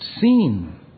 seen